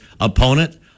opponent